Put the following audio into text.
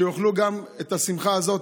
שיוכלו להשלים גם את השמחה הזאת.